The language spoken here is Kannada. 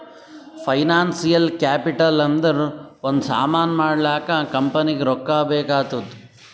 ಫೈನಾನ್ಸಿಯಲ್ ಕ್ಯಾಪಿಟಲ್ ಅಂದುರ್ ಒಂದ್ ಸಾಮಾನ್ ಮಾಡ್ಲಾಕ ಕಂಪನಿಗ್ ರೊಕ್ಕಾ ಬೇಕ್ ಆತ್ತುದ್